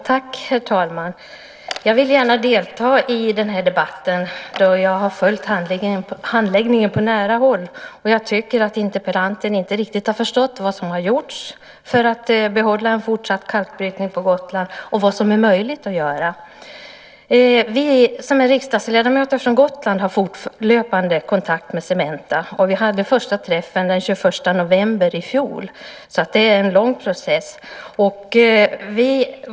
Herr talman! Jag ville gärna delta i den här debatten då jag har följt handläggningen på nära håll. Jag tycker att interpellanten inte riktigt har förstått vad som har gjorts för att behålla en fortsatt kalkbrytning på Gotland och vad som är möjligt att göra. Vi riksdagsledamöter från Gotland har fortlöpande kontakt med Cementa. Vi hade första träffen den 21 november i fjol - det är alltså en lång process.